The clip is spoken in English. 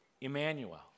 Emmanuel